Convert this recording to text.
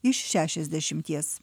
iš šešiasdešimties